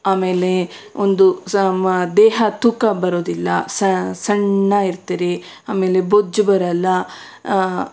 ಆಮೇಲೆ ಒಂದು ಸಮ ದೇಹ ತೂಕ ಬರೋದಿಲ್ಲ ಸಣ್ಣ ಇರ್ತೀರಿ ಆಮೇಲೆ ಬೊಜ್ಜು ಬರಲ್ಲ